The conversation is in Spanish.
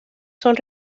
son